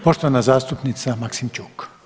Poštovana zastupnica Maksimčuk.